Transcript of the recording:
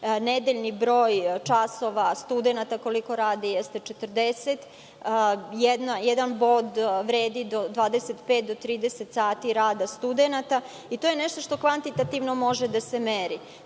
nedeljni broj časova studenata koliko radi, 40 sati. Jedan bod je vredan od 25 do 30 sati rada studenata i to je nešto što kvantitativno može da se meri.